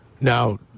Now